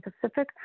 Pacific